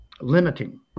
limiting